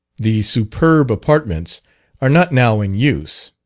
the superb apartments are not now in use.